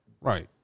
Right